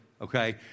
okay